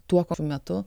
tuo pat metu